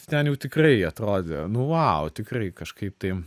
ten jau tikrai atrodė nu vau tikrai kažkaip tai